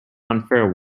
unfair